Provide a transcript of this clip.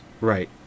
Right